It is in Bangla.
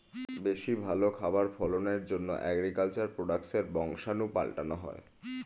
বেশি ভালো খাবার ফলনের জন্যে এগ্রিকালচার প্রোডাক্টসের বংশাণু পাল্টানো হয়